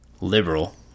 liberal